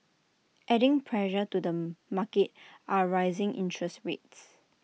adding pressure to the market are rising interest rates